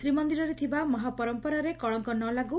ଶ୍ରୀମନ୍ଦିରରେ ଥିବା ମହା ପରମ୍ପରାରେ କଳଙ୍କ ନଲାଗୁ